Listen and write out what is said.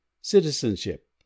Citizenship